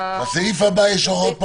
בסעיף הבא יש הוראות פרטניות.